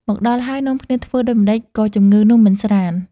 មកដល់ហើយ នាំគ្នាធ្វើដូចម្តេចក៏ជំងឺនោះមិនស្រាន្ត។